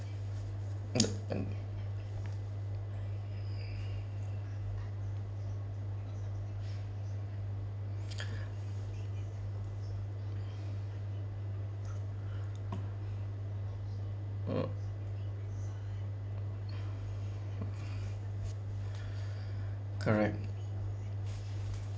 correct